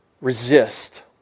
resist